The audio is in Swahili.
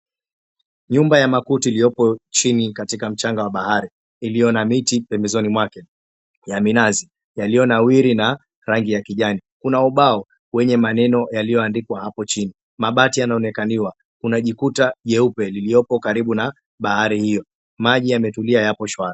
Nyumba ya makuti iliopo chini katika mchanga wa bahari ilio na miti pembezoni mwake ya minazi yalionawiri na rangi ya kijani. Kuna ubao wenye maneno yalioandikwa hapo chini. Mabati yanaonekaniwa. Kuna jikuta jeupe lililoko karibu na bahari hio. Maji yametulia yapo shwari.